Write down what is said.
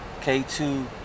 K2